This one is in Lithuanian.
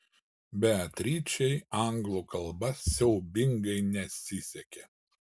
beatričei anglų kalba siaubingai nesisekė